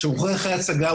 שמוכר אחרי הצגה.